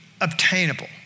obtainable